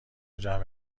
جمع